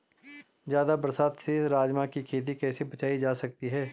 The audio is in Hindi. ज़्यादा बरसात से राजमा की खेती कैसी बचायी जा सकती है?